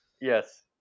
Yes